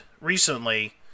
recently